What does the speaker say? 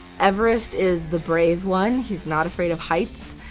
everest is the brave one. he's not afraid of heights.